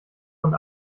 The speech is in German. von